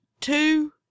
two